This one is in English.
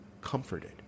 comforted